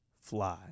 fly